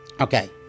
Okay